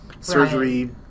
surgery